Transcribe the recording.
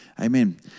Amen